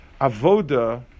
avoda